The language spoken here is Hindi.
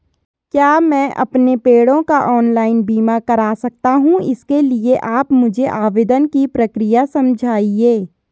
क्या मैं अपने पेड़ों का ऑनलाइन बीमा करा सकता हूँ इसके लिए आप मुझे आवेदन की प्रक्रिया समझाइए?